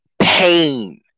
Pain